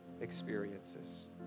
experiences